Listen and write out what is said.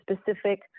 specific